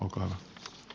olkaa hyvä